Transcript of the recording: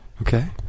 Okay